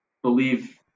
believe